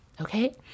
Okay